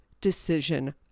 decision